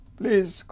please